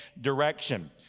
direction